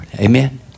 Amen